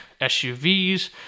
SUVs